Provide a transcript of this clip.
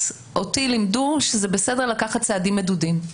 אותי לימדו שזה בסדר לקחת צעדים מדודים.